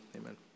amen